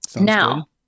Now